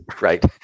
Right